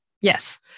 Yes